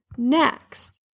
next